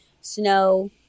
Snow